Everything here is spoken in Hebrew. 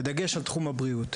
בדגש על תחום הבריאות.